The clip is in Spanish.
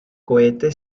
cohete